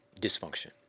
dysfunction